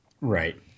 Right